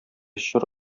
чор